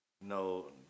no